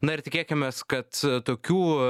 na ir tikėkimės kad tokių